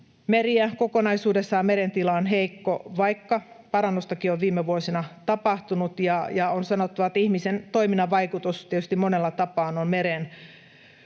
meriä. Kokonaisuudessaan meren tila on heikko, vaikka parannustakin on viime vuosina tapahtunut. On sanottava, että ihmisen toiminnan vaikutus mereen on tietysti monella tapaa huomattava.